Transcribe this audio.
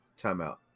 Timeout